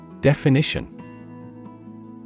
Definition